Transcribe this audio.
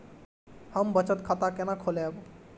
हम बचत खाता केना खोलैब?